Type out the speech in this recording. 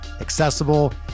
accessible